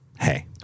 hey